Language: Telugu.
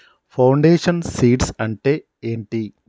ఫౌండేషన్ సీడ్స్ అంటే ఏంటి?